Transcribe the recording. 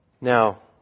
Now